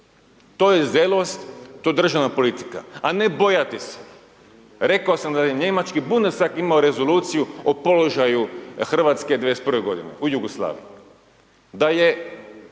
To je zrelost, to je državna politika, a ne bojati se, rekao sam da je njemački Bundestag imao rezoluciju o položaju Hrvatske 1991. godine u Jugoslaviji, da je